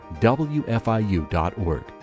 WFIU.org